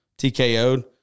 TKO'd